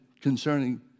concerning